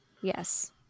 Yes